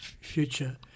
future